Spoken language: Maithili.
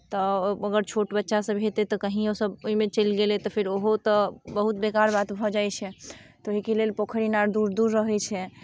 तऽ ओकर छोट बच्चासभ हेतै तऽ कहीँ ओसभ ओहिमे चलि गेलै तऽ फेर ओहो तऽ बहुत बेकार बात भऽ जाइ छै तऽ ओहिके लेल पोखरि इनार दूर दूर रहै छै